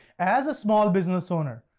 as a small business owner,